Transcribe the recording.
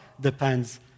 depends